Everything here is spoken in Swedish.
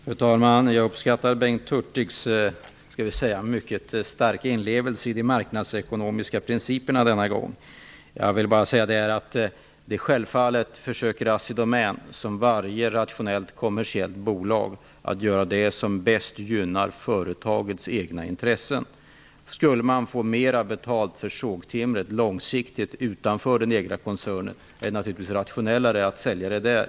Fru talman! Jag uppskattar Bengt Hurtigs mycket starka inlevelse i de marknadsekonomiska principerna. Självfallet försöker Assidomän som varje rationellt kommersiellt bolag att göra det som bäst gynnar företagets egna intressen. Skulle företaget långsiktigt få mer betalt för sågtimret utanför koncernen är det naturligtvis mera rationellt att sälja det där.